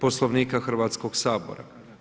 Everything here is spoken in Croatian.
Poslovnika Hrvatskog sabora.